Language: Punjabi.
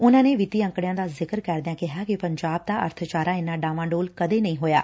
ਉਨਾਂ ਨੇ ਵਿੱਤੀ ਆਕੰਤਿਆਂ ਦਾ ਜ਼ਿਕਰ ਕਰਦਿਆਂ ਕਿਹਾ ਕਿ ਪੰਜਾਬ ਦਾ ਅਰਬਚਾਰਾ ਏਨਾਂ ਡਾਵਾਂਡੋਲ ਕਦੇ ਨਹੀ ਹੋਇਆਂ